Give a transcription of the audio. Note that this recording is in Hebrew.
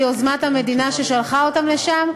ביוזמת המדינה ששלחה אותם לשם.